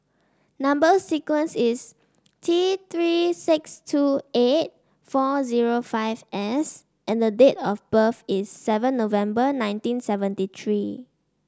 number sequence is T Three six two eight four zero five S and date of birth is seven November nineteen seventy three